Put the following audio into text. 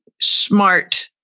smart